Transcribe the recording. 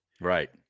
right